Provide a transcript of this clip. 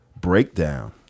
breakdown